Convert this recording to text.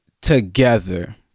together